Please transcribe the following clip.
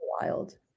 Wild